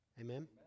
Amen